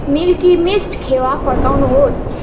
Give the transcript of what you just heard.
milky Mist खोवा फर्काउनुहोस्